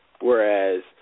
whereas